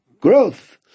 growth